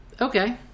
Okay